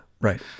right